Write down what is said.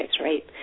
right